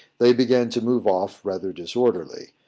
they began to move off rather disorderly.